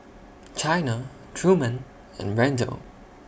Chyna Truman and Randel